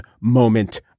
moment